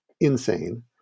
insane